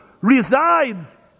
resides